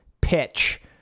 pitch